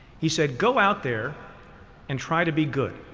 he said, go out there and try to be good.